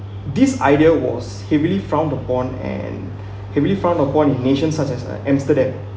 this idea was heavily frowned upon and heavily frowned upon in nations such as uh Amsterdam